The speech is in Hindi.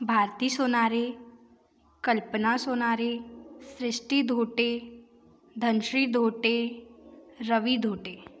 भारती सोनारे कल्पना सोनारे सृष्टि धोटे धनश्री धोटे रवि धोटे